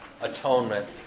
atonement